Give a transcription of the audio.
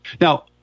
Now